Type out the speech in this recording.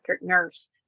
nurse